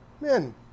Men